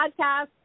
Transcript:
Podcast